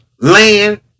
land